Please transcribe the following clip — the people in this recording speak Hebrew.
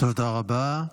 תודה רבה.